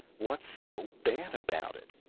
what's so bad about it?